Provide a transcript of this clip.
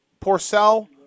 Porcel